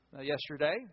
yesterday